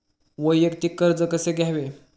वैयक्तिक कर्ज कसे घ्यावे?